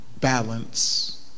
balance